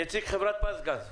נציג חברת פזגז,